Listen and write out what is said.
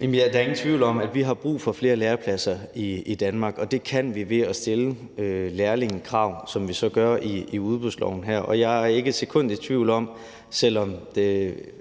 Der er ingen tvivl om, at vi har brug for flere lærepladser i Danmark, og det kan vi få ved at stille lærlingekrav, sådan som vi så gør i udbudsloven her, og jeg er ikke et sekund i tvivl om, selv om